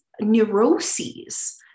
neuroses